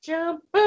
Jump